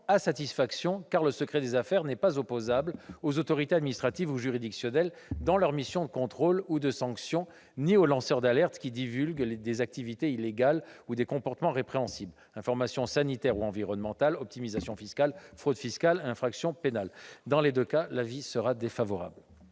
satisfait, car le secret des affaires n'est opposable ni aux autorités administratives ou juridictionnelles dans leurs missions de contrôle ou de sanction ni aux lanceurs d'alerte qui divulguent des activités illégales ou des comportements répréhensibles : informations sanitaires ou environnementales, optimisation fiscale, fraude fiscale, infraction pénale ... L'avis est donc défavorable